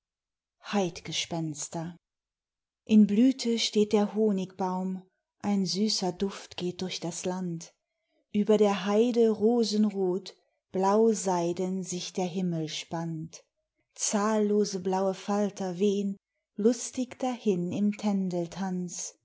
heidgespenster in blüte steht der honigbaum ein süßer duft geht durch das land über der heide rosenrot blauseiden sich der himmel spannt zahllose blaue falter weh'n lustig dahin im